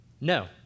No